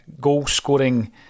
goal-scoring